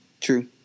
true